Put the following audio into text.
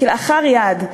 כלאחר יד.